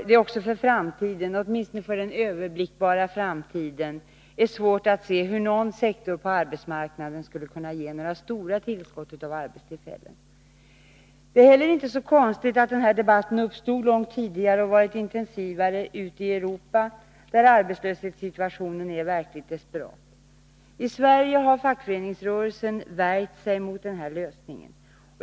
Det är också — åtminstone för den överblickbara framtiden — svårt att se hur någon sektor av arbetsmarknaden skulle kunna ge några stora tillskott av arbetstillfällen. Det är heller inte så konstigt att denna debatt uppstod långt tidigare och att den har varit intensivare ute i Europa där arbetslöshetssituationen är verkligt desperat. I Sverige har fackföreningsrörelsen värjt sig mot denna lösning.